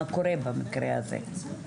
מה קורה במקרה הזה.